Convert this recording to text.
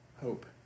hope